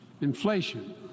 inflation